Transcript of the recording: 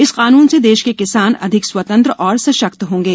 इस कानून से देश के किसान को अधिक स्वतंत्र और सशक्त होंगे